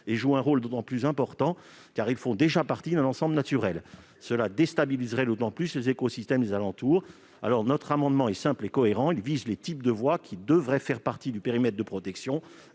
et jouent un rôle d'autant plus important qu'ils font déjà partie d'un ensemble naturel. Cela déstabiliserait encore davantage les écosystèmes alentour. Notre amendement, simple et cohérent, concerne les types de voies qui devraient faire partie du périmètre de protection,